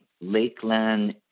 Lakeland